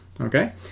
okay